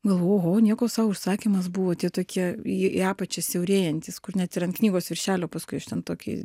galvoju oho nieko sau užsakymas buvo tokie į į apačią siaurėjantys kur net ir ant knygos viršelio paskui aš ten tokį